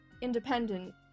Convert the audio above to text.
independent